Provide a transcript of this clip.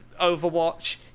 overwatch